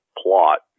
plot